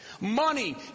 Money